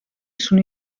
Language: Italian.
sono